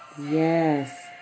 Yes